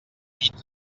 vidre